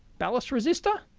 ballast resistor.